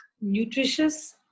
nutritious